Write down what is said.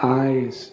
eyes